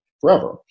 forever